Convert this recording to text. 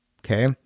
okay